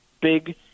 big